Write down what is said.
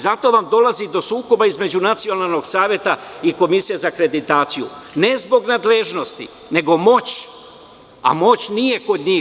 Zato dolazi do sukoba između Nacionalnog saveta i Komisije za akreditaciju, ne zbog nadležnosti, nego moći, a moć nije kod njih.